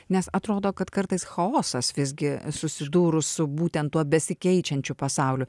nes atrodo kad kartais chaosas visgi susidūrus su būtent tuo besikeičiančiu pasauliu